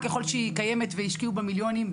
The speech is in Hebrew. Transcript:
ככל שהיא קיימת והשקיעו בה מיליונים,